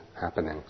happening